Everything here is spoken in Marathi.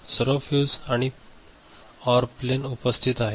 सर्व फ्यूज ओर प्लेनमध्ये उपस्थित आहेत